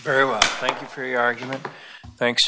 very well thank you for your argument thanks